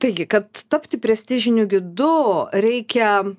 taigi kad tapti prestižiniu gidu reikia